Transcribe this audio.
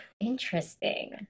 interesting